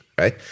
Right